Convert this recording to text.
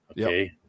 Okay